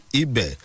ibe